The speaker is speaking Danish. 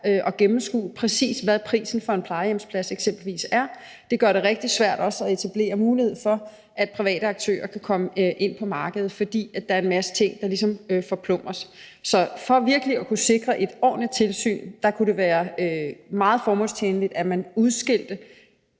at gennemskue, præcis hvad prisen for eksempelvis en plejehjemsplads er. Det gør det også rigtig svært at etablere mulighed for, at private aktører kan komme ind på markedet, fordi der er en masse ting, der ligesom forplumres. Så for virkelig at kunne sikre et ordentligt tilsyn kunne det være meget formålstjenligt, at man udskilte